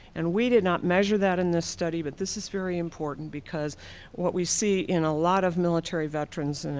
and we did not measure that in this study, but this is very important because what we see in a lot of military veterans,